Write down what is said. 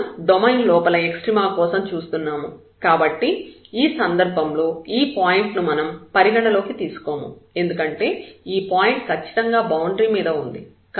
మనం డొమైన్ లోపల ఎక్స్ట్రీమ కోసం చూస్తున్నాము కాబట్టి ఈ సందర్భంలో ఈ పాయింట్ ను మనం పరిగణలోకి తీసుకోము ఎందుకంటే ఈ పాయింట్ ఖచ్చితంగా బౌండరీ మీద ఉంది